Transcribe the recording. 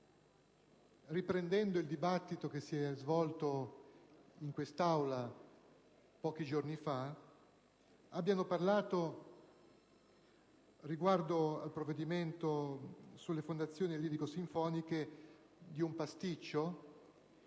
riprendendo il dibattito che si è svolto in quest'Aula pochi giorni fa, abbiano parlato, riguardo al provvedimento sulle fondazioni lirico-sinfoniche, di un pasticcio